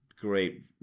great